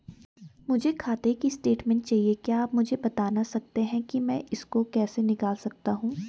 मुझे खाते की स्टेटमेंट चाहिए क्या आप मुझे बताना सकते हैं कि मैं इसको कैसे निकाल सकता हूँ?